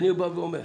אני אומר: